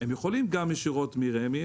הם יכולים גם ישירות מרמ"י.